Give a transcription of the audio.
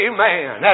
Amen